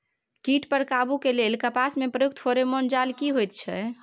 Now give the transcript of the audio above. कीट पर काबू के लेल कपास में प्रयुक्त फेरोमोन जाल की होयत छै?